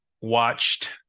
watched